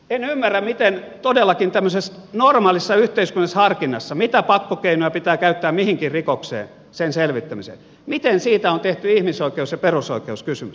en ymmärrä miten todellakin tämmöisessä normaalissa yhteiskunnallisessa harkinnassa mitä pakkokeinoja pitää käyttää mihinkin rikokseen sen selvittämiseen siitä on tehty ihmisoikeus ja perusoikeuskysymys